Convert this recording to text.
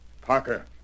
Parker